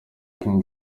king